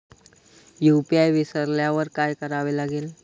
UPI विसरल्यावर काय करावे लागेल?